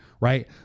Right